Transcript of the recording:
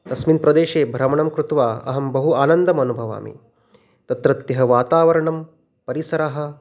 तस्मिन् प्रदेशे भ्रमणं कृत्वा अहं बहु आनन्दम् अनुभवामि तत्रत्यः वातावरणं परिसरः